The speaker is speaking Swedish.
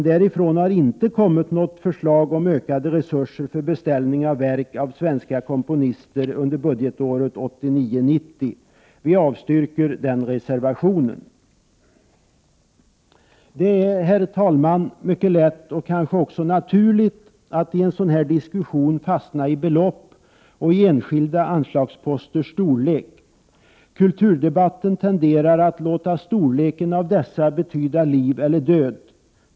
Därifrån har däremot inte kommit något förslag om ökade resurser för beställning av verk av svenska komponister under budgetåret 1989/90. Vi avstyrker den reservationen. Det är, herr talman, mycket lätt och kanske också naturligt att i en sådan här diskussion fastna i en debatt om belopp och om enskilda anslagsposters storlek. I kulturdebatten tenderar man att låta storleken av dessa betyda liv eller död.